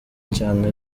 cyane